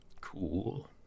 cool